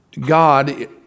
God